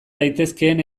daitezkeen